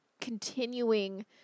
continuing